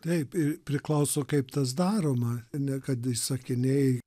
taip ir priklauso kaip tas daroma ne kad įsakinėji